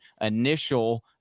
initial